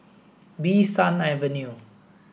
Bee San Avenue